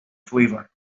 flavor